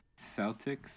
Celtics